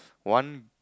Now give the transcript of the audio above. one